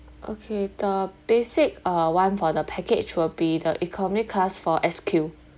okay the basic uh one for the package will be the economy class for S_Q